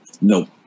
no